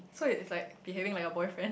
so is like behaving like a boyfriend